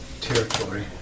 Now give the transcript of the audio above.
territory